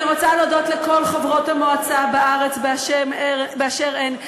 אני רוצה להודות לכל חברות המועצה בארץ באשר הן,